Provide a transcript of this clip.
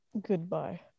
Goodbye